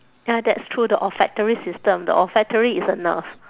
ya that's true the olfactory system the olfactory is a nerve